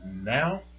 now